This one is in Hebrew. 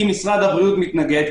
כי משרד הבריאות מתנגד,